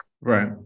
Right